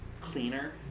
cleaner